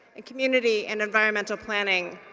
and community and environmental planning,